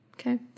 Okay